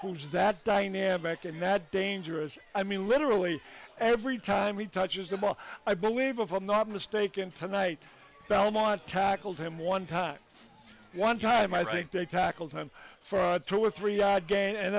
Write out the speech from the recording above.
who's that dynamic and that dangerous i mean literally every time he touches the ball i believe if i'm not mistaken tonight belmont tackled him one time one time i think they tackled him for a two or three